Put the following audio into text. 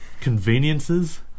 conveniences